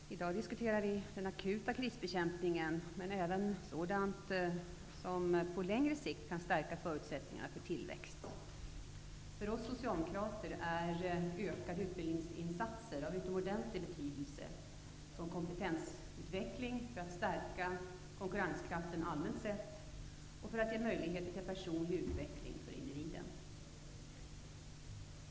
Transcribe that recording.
Herr talman! I dag diskuterar vi den akuta krisbekämpningen men även sådant som på längre sikt kan stärka förutsättningarna för tillväxt. För oss socialdemokrater är ökade utbildningsinsatser av utomordentlig betydelse som kompetensutveckling för att stärka konkurrenskraften allmänt sett och för att ge möjligheter till personlig utveckling för individen.